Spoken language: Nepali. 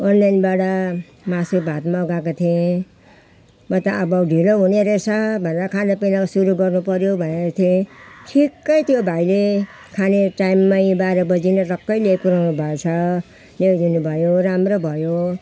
अनलाइनबाट मासु भात मगाएको थिएँ म त अब ढिलो हुने रहेछ भनेर खानपिउनु सुरु गर्नुपऱ्यो भनेको थिएँ ठिकै त्यो भाइले खाने टाइममै बाह्र बजी नै ठक्कै ल्याइपुऱ्याउनु भएछ ल्याइदिनु भयो राम्रो भयो